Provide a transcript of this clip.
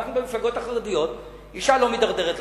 אנחנו, במפלגות החרדיות, אשה לא מידרדרת לכנסת.